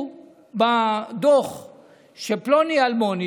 יכתבו בדוח שפלוני-אלמוני,